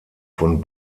von